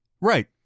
Right